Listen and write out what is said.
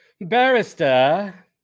Barrister